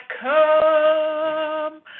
come